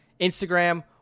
Instagram